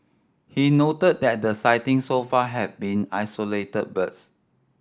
he noted that the sightings so far have been isolated birds